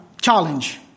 challenge